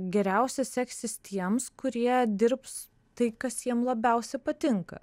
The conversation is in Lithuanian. geriausiai seksis tiems kurie dirbs tai kas jiem labiausiai patinka